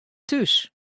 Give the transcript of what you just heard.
thús